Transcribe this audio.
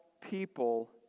people